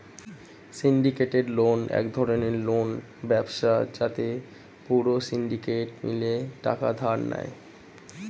syndicated loan এক ধরণের loan ব্যবস্থা যাতে পুরো সিন্ডিকেট মিলে টাকা ধার দেয়